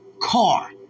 car